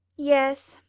yes,